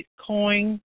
Bitcoin